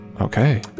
Okay